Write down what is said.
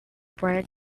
bread